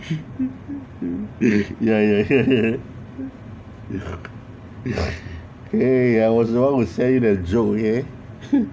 ya ya ya ya ya I was the one who sent you that joke okay